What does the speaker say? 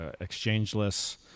exchangeless